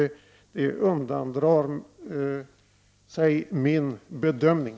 Men det undandrar sig min bedömning.